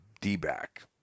D-back